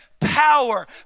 Power